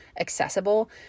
accessible